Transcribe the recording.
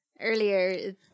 earlier